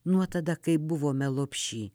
nuo tada kai buvome lopšy